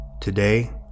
Today